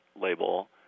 label